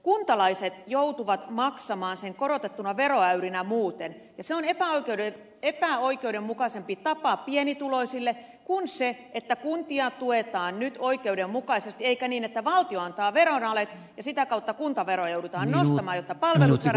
kuntalaiset joutuvat maksamaan sen korotettuna veroäyrinä muuten ja se on epäoikeudenmukaisempi tapa pienituloisille kuin se että kuntia tuetaan nyt oikeudenmukaisesti eikä niin että valtio antaa veroalen ja sitä kautta kuntaveroja joudutaan nostamaan jotta palvelut saadaan turvattua